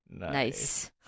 Nice